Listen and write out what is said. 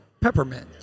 peppermint